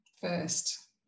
first